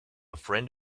friend